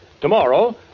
Tomorrow